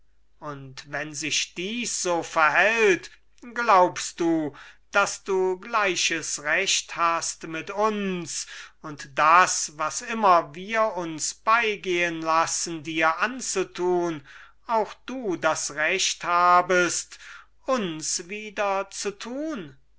und wenn sich dies so verhält glaubst du daß du gleiches recht hast mit uns und daß was immer wir uns beigehen lassen dir anzutun auch du das recht habest uns wieder zu tun